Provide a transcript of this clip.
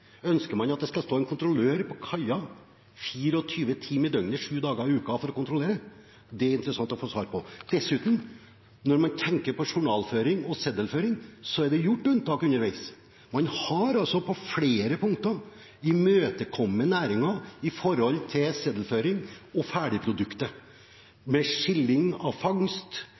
Ønsker man at det skal stå en kontrollør på kaia 24 timer i døgnet, sju dager i uken, for å kontrollere? Det er det interessant å få svar på. Dessuten, når man tenker på journalføring og seddelføring, er det gjort unntak underveis. Man har på flere punkter kommet næringen i møte med hensyn til seddelføring og ferdigproduktet, med skilling av fangst,